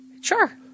Sure